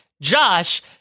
Josh